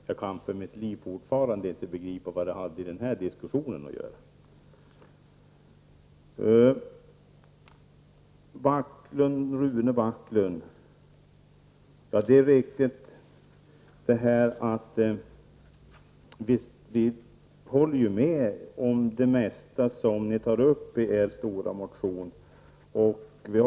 Jag kan för mitt liv inte förstå vad detta hade i den här debatten att göra. Det är riktigt, Rune Backlund, att vi håller med om det mesta som ni för fram i er stora motion.